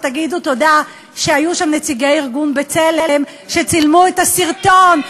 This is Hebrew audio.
תגידו תודה שהיו שם נציגי ארגון "בצלם" שצילמו את הסרטון.